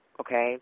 Okay